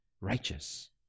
righteous